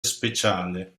speciale